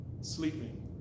sleeping